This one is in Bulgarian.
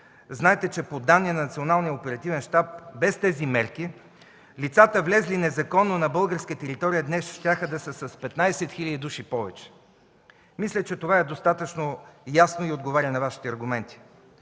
оперативен щаб без тези мерки лицата, влезли незаконно на българска територия, днес щяха да са с 15 хил. души повече. Мисля, че това е достатъчно ясно и отговаря на Вашите аргументи.